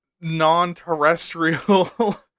non-terrestrial